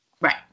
Right